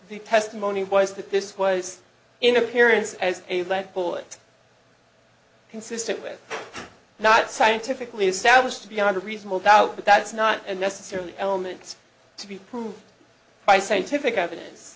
the testimony of boys that this was in appearance as a lead bullet consistent with not scientifically established beyond a reasonable doubt but that's not necessarily elements to be proved by scientific evidence